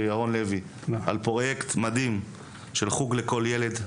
ירון לוי על פרויקט מדהים של "חוג לכל ילד".